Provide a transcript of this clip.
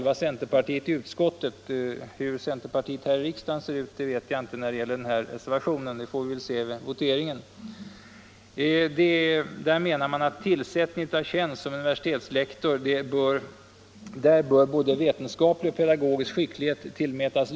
Vad centerpartiet i riksdagen som helhet tycker om den här reservationen får vi väl se vid voteringen. Reservanterna anser att vetenskaplig och pedagogisk skicklighet bör tillmätas lika värde vid tillsättningen av tjänst som universitetslektor.